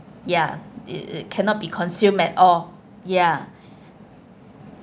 ya it cannot be consume at all ya